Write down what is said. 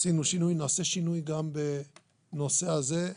עשינו שינוי, ונעשה שינוי גם בנושא הזה.